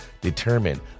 determine